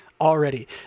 already